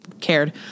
cared